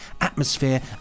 atmosphere